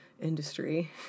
industry